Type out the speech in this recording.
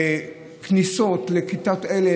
כניסות לכיתות אלה,